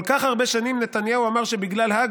כל כך הרבה שנים נתניהו אמר שבגלל האג